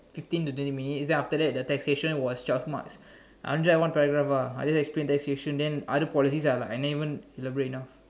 fifteen to twenty minutes then after that the taxation was twelve marks I only write one paragraph ah I only explain taxation then other policies I like I never even elaborate enough